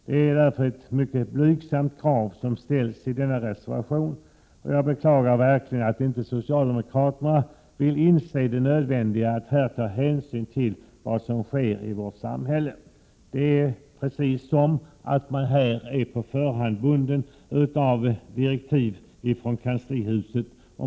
Det är därför ett mycket blygsamt krav som ställs i denna reservation, och jag beklagar verkligen att inte socialdemokraterna vill inse det nödvändiga i att ta hänsyn till vad som sker i vårt samhälle. Det är precis som om man vore bunden på förhand av direktiv från kanslihuset.